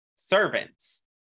servants